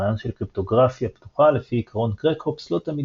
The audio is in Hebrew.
הרעיון של קריפטוגרפיה פתוחה לפי עקרון קרקהופס לא תמיד